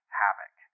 havoc